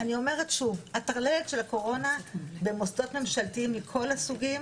אני אומרת שוב: הטרללת של הקורונה במוסדות ממשלתיים מכל הסוגים